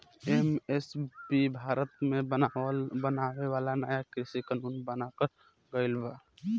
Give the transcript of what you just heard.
MSP Bharat मे बनावल नाया कृषि कानून बनाकर गइल बा